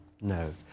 No